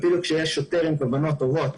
אפילו כשיש שוטר עם כוונות טובות,